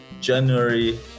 January